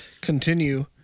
continue